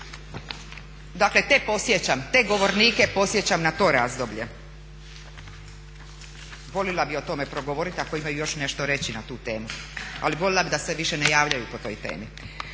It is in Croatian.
dakle te govornike podsjećam na to razdoblje. Volila bi o tome progovoriti ako imaju još nešto reći na tu temu, ali volila bi da se više ne javljaju po toj temi.